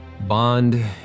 Bond